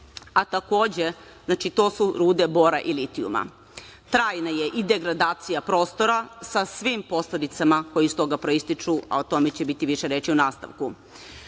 jednom. Znači, to su rude bora i litijuma. Trajna je i degradacija prostora sa svim posledicama koje iz toga proističu, a o tome će biti više reči u nastavku.U